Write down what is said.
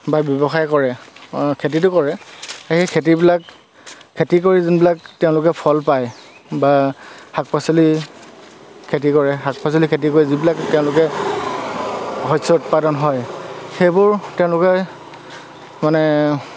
বা ব্যৱসায় কৰে খেতিটো কৰে সেই খেতিবিলাক খেতি কৰি যোনবিলাক তেওঁলোকে ফল পায় বা শাক পাচলি খেতি কৰে শাক পাচলি খেতি কৰি যিবিলাক তেওঁলোকে শস্য উৎপাদন হয় সেইবোৰ তেওঁলোকে মানে